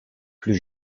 plus